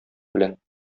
белән